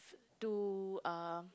too uh